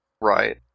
Right